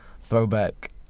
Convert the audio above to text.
throwback